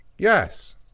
Yes